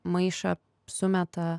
maišą sumeta